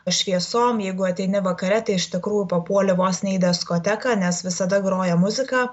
šviesom jeigu ateini vakare tai iš tikrųjų papuoli vos ne į diskoteką nes visada groja muzika